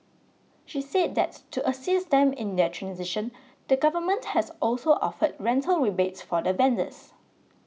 she said that to assist them in their transition the government has also offered rental rebates for the vendors